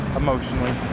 emotionally